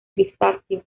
grisáceo